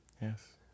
Yes